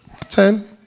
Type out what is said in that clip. Ten